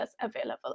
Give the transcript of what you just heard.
available